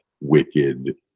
wicked